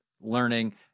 learning